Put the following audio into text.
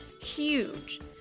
Huge